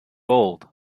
old